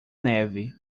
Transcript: neve